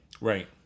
right